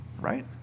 right